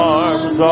arms